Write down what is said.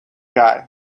guy